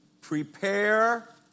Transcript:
prepare